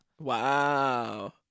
Wow